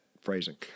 phrasing